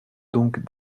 donc